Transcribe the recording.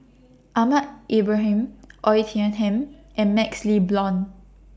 Ahmad Ibrahim Oei Tiong Ham and MaxLe Blond